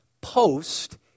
post